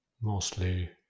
mostly